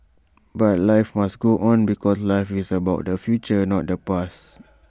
but life must go on because life is about the future not the past